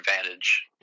advantage